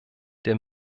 der